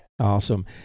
Awesome